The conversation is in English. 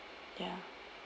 ya